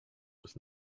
was